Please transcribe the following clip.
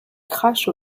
crache